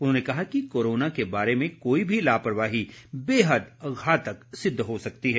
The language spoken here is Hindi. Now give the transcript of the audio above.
उन्होंने कहा कि कोरोना के बारे में कोई भी लापरवाही बेहद घातक सिद्ध हो सकती है